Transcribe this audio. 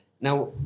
Now